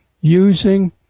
using